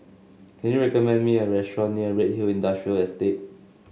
can you recommend me a restaurant near Redhill Industrial Estate